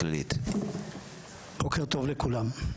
התכנית שלנו היא להחיל הוראת מעבר לגבי אותם 110 אנשים,